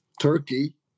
Turkey